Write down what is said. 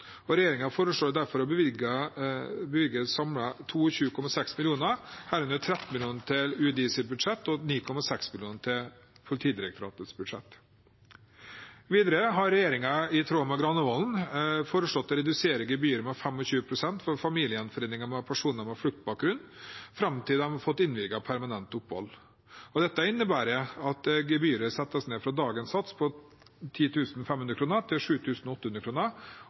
og regjeringen foreslår derfor å bevilge samlet 22,6 mill. kr, herunder 13 mill. kr til UDIs budsjett og 9,6 mill. kr til Politidirektoratets budsjett. Videre har regjeringen i tråd med Granavolden foreslått å redusere gebyret med 25 pst. for familiegjenforening for personer med fluktbakgrunn fram til de har fått innvilget permanent opphold. Dette innebærer at gebyret settes ned fra dagens sats på 10 500 kr til